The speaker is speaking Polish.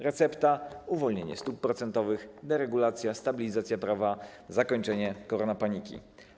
Recepta: uwolnienie stóp procentowych, deregulacja, stabilizacja prawa, zakończenie koronapaniki.